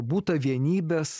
būta vienybės